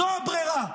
זו הברירה: